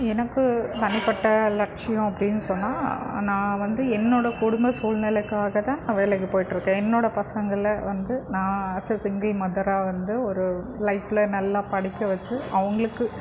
எனக்கு தனிப்பட்ட லட்சியம் அப்படின் சொன்னால் நான் வந்து என்னோடய குடும்ப சூழ்நெலக்காக தான் நான் வேலைக்கு போய்கிட்ருக்கேன் என்னோடய பசங்களை வந்து நான் ஆஸ் ஏ சிங்கிள் மதராக வந்து ஒரு லைஃப்பில் நல்லா படிக்க வச்சு அவங்களுக்கு